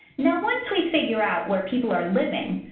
now, once we figure out where people are living,